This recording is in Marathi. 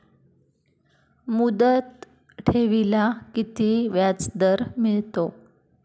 मुदत ठेवीला किती व्याजदर मिळतो?